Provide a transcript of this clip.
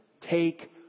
take